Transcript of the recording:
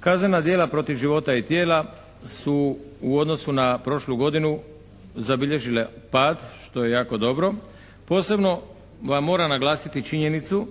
Kaznena djela protiv života i tijela su u odnosu na prošlu godina zabilježile pad, što je jako dobro. Posebno vam moram naglasiti činjenicu